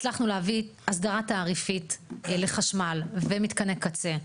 הצלחנו להביא הסדרה תעריפית לחשמל, ומתקני קצה.